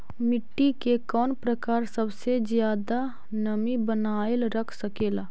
मिट्टी के कौन प्रकार सबसे जादा नमी बनाएल रख सकेला?